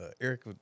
Eric